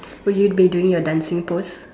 will you be doing your dancing pose